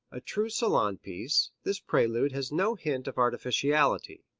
a true salon piece, this prelude has no hint of artificiality.